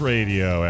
Radio